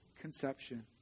conception